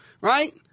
right